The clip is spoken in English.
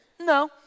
No